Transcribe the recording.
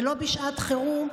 ולא בשעת חירום,